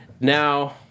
Now